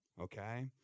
Okay